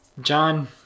John